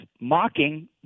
mocking